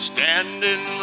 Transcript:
Standing